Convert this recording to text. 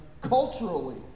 culturally